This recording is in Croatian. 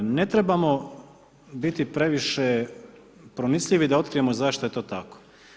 Ne trebamo biti previše pronicljivi da otkrijemo zašto je to tako.